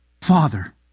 father